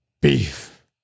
beef